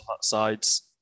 sides